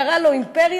קראה לו "אימפריה",